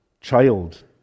child